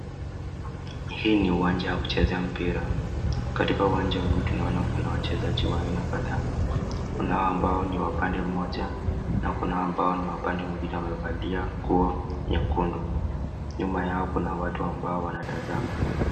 Hii ni uwanja wa kuchezea mpira, katika uwanja huu tunaona kuna wachezaji wa aina kadhaa . Kuna wao ambao ni wa upande mmoja na kuna wao ambao ni wa upande mwingine wamevalia nguo nyekundu. nyuma yao kuna watu ambao wanatazama.